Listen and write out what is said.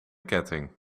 ketting